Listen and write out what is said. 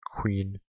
queen